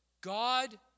God